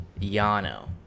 Yano